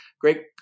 great